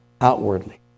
outwardly